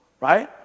right